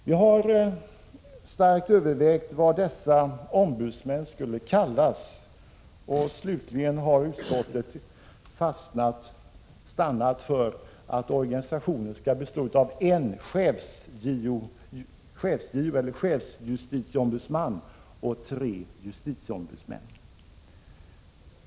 Vi har starkt övervägt vad dessa ombudsmän skulle kallas, och slutligen har utskottet stannat för att föreslå att organisationen skall bestå av en chefs-JO — en chefsjustitieombudsman — och tre justitieombudsmän.